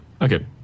Okay